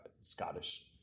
Scottish